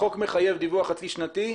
החוק מחייב דיווח חצי שנתי.